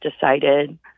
decided